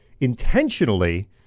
intentionally